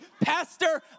Pastor